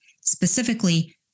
specifically